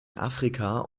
afrika